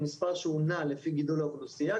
מספר שהוא נע לפי גידול האוכלוסייה,